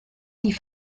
die